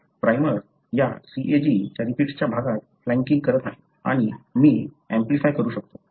primer या CAG च्या रिपीट्सच्या भागात फ्लॅंकिंग करत आहे आणि मी अँप्लिफाय करू शकतो बरोबर